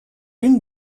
une